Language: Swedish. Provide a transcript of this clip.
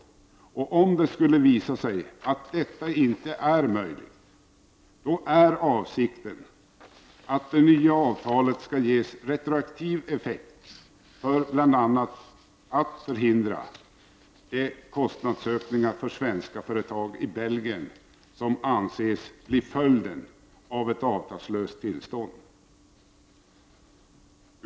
Om det skulle visa sig att detta inte är möjligt, är avsikten att det nya avtalet skall ges retroaktiv effekt för att bl.a. förhindra de kostnadsökningar för svenska företag i Belgien som anses bli följden av ett avtalslöst tillstånd.